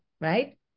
right